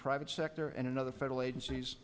private sector and in other federal agencies